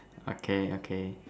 okay okay